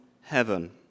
heaven